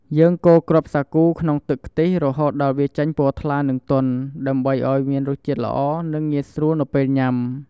យើងកូរគ្រាប់សាគូក្នុងទឹកខ្ទិះ រហូតដល់វាចេញពណ៌ថ្លា និងទន់ ដើម្បីឱ្យមានរសជាតិល្អ និងងាយស្រួលនៅពេលញុាំ។